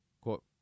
Quote